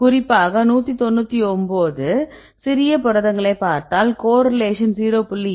குறிப்பாக 199 சிறிய புரதங்களை பார்த்தால் கோரிலேஷன் 0